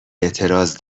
اعتراض